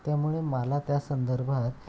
त्यामुळे मला त्या संदर्भात